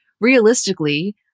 realistically